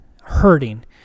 hurting